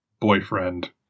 boyfriend